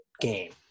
game